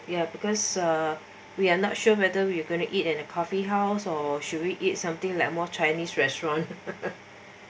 ya because uh we are not sure whether we're going to eat at coffee house or should we eat something like more chinese restaurant